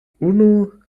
unu